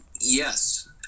Yes